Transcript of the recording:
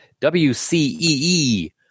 WCEE